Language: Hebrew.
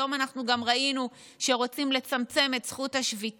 היום אנחנו גם ראינו שרוצים לצמצם את זכות השביתה.